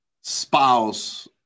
spouse